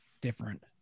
different